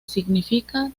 significa